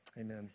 amen